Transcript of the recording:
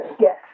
Yes